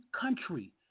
country